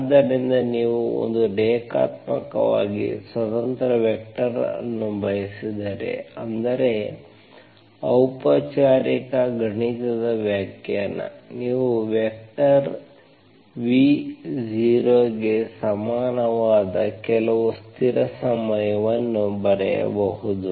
ಆದ್ದರಿಂದ ನೀವು ಒಂದು ರೇಖಾತ್ಮಕವಾಗಿ ಸ್ವತಂತ್ರ ವೆಕ್ಟರ್ ಅನ್ನು ಬಯಸಿದರೆ ಅಂದರೆ ಔಪಚಾರಿಕ ಗಣಿತದ ವ್ಯಾಖ್ಯಾನ ನೀವು ವೆಕ್ಟರ್ v0 ಗೆ ಸಮಾನವಾದ ಕೆಲವು ಸ್ಥಿರ ಸಮಯವನ್ನು ಬರೆಯಬಹುದು